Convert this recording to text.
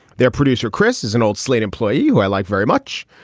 their producer, chris, is an old slate employee who i like very much.